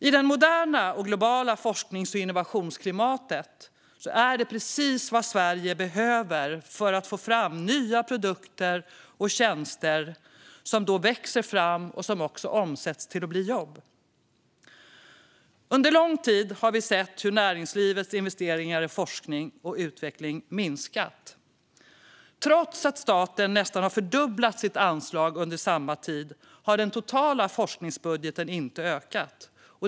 I det moderna och globala forsknings och innovationsklimatet är det precis vad Sverige behöver för att få fram nya produkter och tjänster som då växer fram och som också omsätts till att bli jobb. Under lång tid har vi sett hur näringslivets investeringar i forskning och utveckling har minskat. Trots att staten nästan har fördubblat sitt anslag under samma tid har den totala forskningsbudgeten inte ökat.